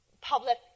public